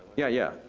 yeah, yeah. no,